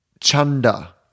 Chanda